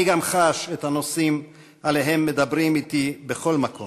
אני גם חש את הנושאים שעליהם מדברים אתי בכל מקום.